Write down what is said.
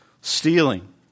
stealing